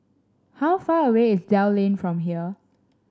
how far away is Dell Lane from here